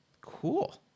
cool